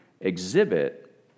exhibit